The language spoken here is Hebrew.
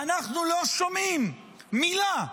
ואנחנו לא שומעים מילה.